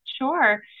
Sure